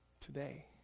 today